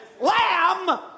lamb